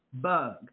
bug